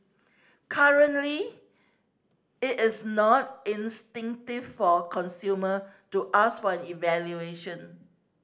currently it is not instinctive for consumer to ask for an evaluation